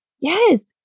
Yes